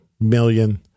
million